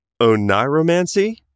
oniromancy